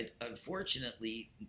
unfortunately